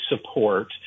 support